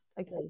okay